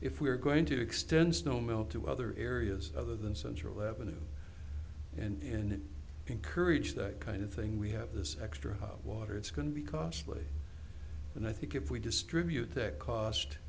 if we're going to extend snowmelt to other areas other than central avenue and encourage that kind of thing we have this extra water it's going to be costly and i think if we distribute that cost